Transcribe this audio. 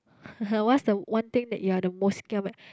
what's the one thing that you're the most giam at